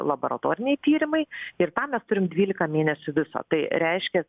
laboratoriniai tyrimai ir tam mes turim dvyliką mėnesių viso tai reiškia